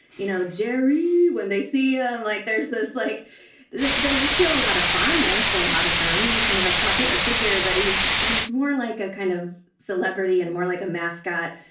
you know, jerry, when they see and like there's this, like they they feel a lot of fondness, a lot of them, he's kind of a popular figure, but he's he's more like a kind of celebrity and more like a mascot.